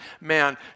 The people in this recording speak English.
man